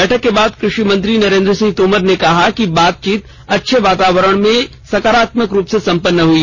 बैठक के बाद कृषि मंत्री नरेन्द्र सिंह तोमर ने कहा कि बातचीत अच्छे वातावरण में सकारात्मक रूप से संपन्न हुई